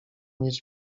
mieć